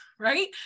right